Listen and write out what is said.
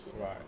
Right